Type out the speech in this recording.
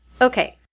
Okay